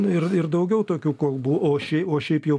ir ir daugiau tokių kalbų o šiai o šiaip jau